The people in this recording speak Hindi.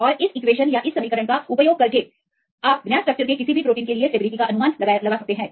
और फिर इस समीकरण का उपयोग करके आप ज्ञात स्ट्रक्चर के किसी भी प्रोटीन की स्टेबिलिटी का अनुमान लगा सकते हैं